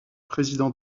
présidents